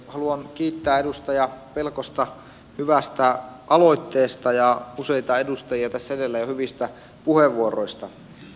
haluan kiittää edustaja pelkosta hyvästä aloitteesta ja useita edustajia tässä edellä jo hyvistä puheenvuoroista